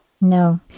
no